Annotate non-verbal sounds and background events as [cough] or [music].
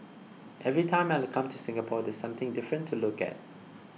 every time I [noise] come to Singapore there's something different to look at